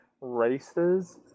races